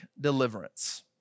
deliverance